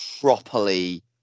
properly